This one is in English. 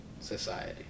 society